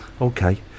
Okay